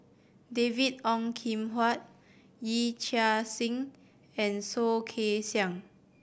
David Ong Kim Huat Yee Chia Hsing and Soh Kay Siang